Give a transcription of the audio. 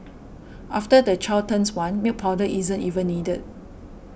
after the child turns one milk powder isn't even needed